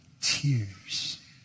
tears